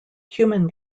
human